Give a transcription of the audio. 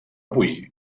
avui